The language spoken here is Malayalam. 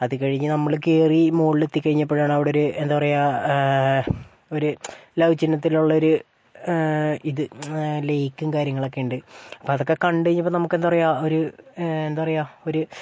അത് കഴിഞ്ഞ് നമ്മൾ കയറി മുകളിൽ എത്തി കഴിഞ്ഞപ്പോഴാണ് അവർ എന്താ പറയുക ഒരു ലവ് ചിഹ്നത്തിലുള്ളൊരു ഇത് ലെയ്ക്കും കാര്യങ്ങളൊക്കേ ഉണ്ട് അപ്പോൾ അതൊക്കേ കണ്ട് കഴിഞ്ഞപ്പം നമുക്ക് എന്താ പറയുക ഒരു എന്താ പറയുക ഒരു